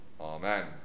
Amen